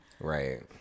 Right